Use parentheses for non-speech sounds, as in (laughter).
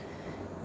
(breath)